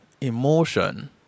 emotion